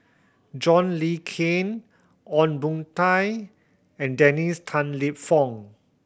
John Le Cain Ong Boon Tat and Dennis Tan Lip Fong